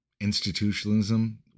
institutionalism